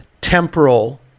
temporal